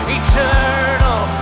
eternal